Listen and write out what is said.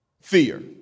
fear